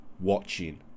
watching